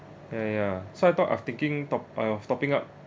ya ya so I thought I'm thinking top~ uh of topping up